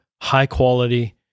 high-quality